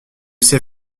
sait